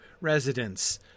residents